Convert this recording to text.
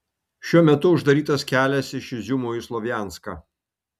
šiuo metu uždarytas kelias iš iziumo į slovjanską